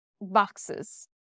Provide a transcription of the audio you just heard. boxes